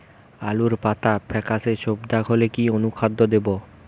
আলুর পাতা ফেকাসে ছোপদাগ হলে কি অনুখাদ্য দেবো?